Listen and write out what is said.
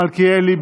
מיכאל מלכיאלי,